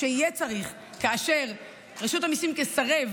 כשיהיה צריך, כאשר רשות המיסים תסרב